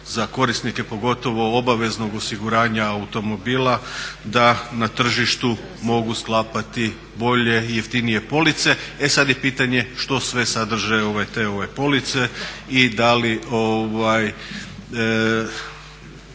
za korisnike pogotovo obaveznog osiguranja automobila, da na tržištu mogu sklapati bolje i jeftinije police. E sad je pitanje što sve sadrže te police i da li